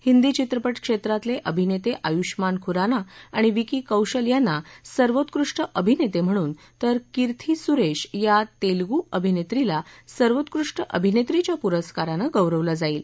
हिंदी चित्रपत क्षेत्रातले अभिनेते आयुषमान खुराना आणि विकी कौशल यांना सर्वोत्कृष्ट अभिनेते म्हणून तर किर्थी सुरेश या तेलूगु अभिनेत्रीला सर्वोत्कृष्ट अभिनेत्रिष्या पुरस्कारानं गौरवलं जाईल